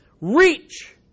Reach